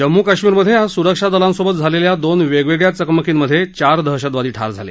जम्मू कश्मीरमधे आज सुरक्षा दलांसोबत झालेल्या दोन वेगवेगळया चकमकींमधे चार दहशतवादी ठार झाले